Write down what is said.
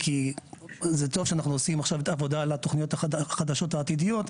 כי זה טוב שאנחנו עושים את העבודה על התוכניות החדשות העתידיות,